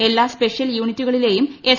എല്ലാ സ്പെഷ്യൽ യൂണിറ്റുകളിലേയും എസ്